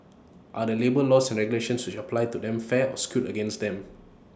are the labour laws and regulations which apply to them fair or skewed against them